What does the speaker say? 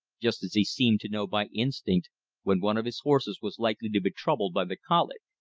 just as he seemed to know by instinct when one of his horses was likely to be troubled by the colic.